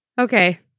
Okay